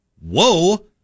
whoa